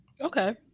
Okay